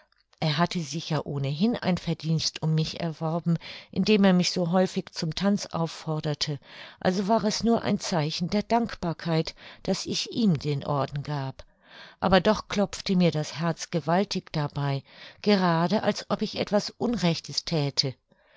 er hatte sich ja ohnehin ein verdienst um mich erworben indem er mich so häufig zum tanz aufforderte also war es nur ein zeichen der dankbarkeit daß ich ihm den orden gab aber doch klopfte mir das herz gewaltig dabei gerade als ob ich etwas unrechtes thäte